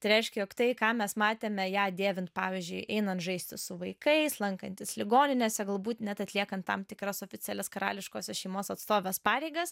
tai reiškia jog tai ką mes matėme ją dėvint pavyzdžiui einant žaisti su vaikais lankantis ligoninėse galbūt net atliekant tam tikras oficialias karališkosios šeimos atstovės pareigas